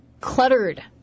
cluttered